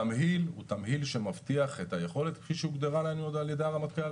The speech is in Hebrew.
התמהיל הוא תמהיל שמבטיח את היכולת כפי שהוגדרה לנו על ידי הרמטכ"ל.